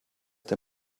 der